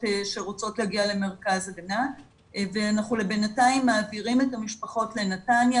שרוצות להגיע למרכז הגנה ואנחנו בינתיים מעבירים את המשפחות לנתניה.